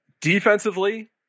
Defensively